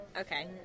Okay